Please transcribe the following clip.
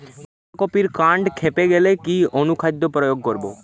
বাঁধা কপির কান্ড ফেঁপে গেলে কি অনুখাদ্য প্রয়োগ করব?